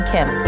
Kim